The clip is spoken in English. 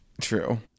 True